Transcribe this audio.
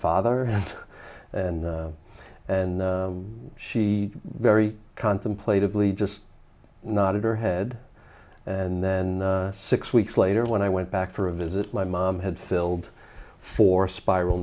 father and and she very contemplated lee just nodded her head and then six weeks later when i went back for a visit my mom had filled four spiral